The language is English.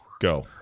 Go